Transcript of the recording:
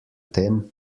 tem